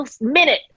minute